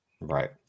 Right